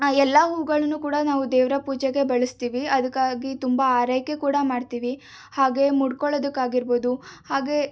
ಆ ಎಲ್ಲ ಹೂಗಳನ್ನು ಕೂಡ ನಾವು ದೇವರ ಪೂಜೆಗೆ ಬಳಸ್ತೀವಿ ಅದಕ್ಕಾಗಿ ತುಂಬ ಆರೈಕೆ ಕೂಡ ಮಾಡ್ತೀವಿ ಹಾಗೆ ಮುಡ್ಕೊಳ್ಳದಕ್ಕಾಗಿರ್ಬೋದು ಹಾಗೆ